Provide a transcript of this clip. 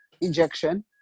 injection